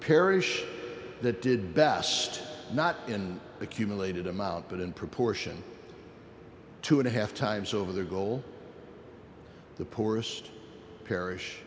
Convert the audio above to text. parish that did best not in accumulated amount but in proportion two and a half times over their goal the poorest parish